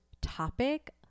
topic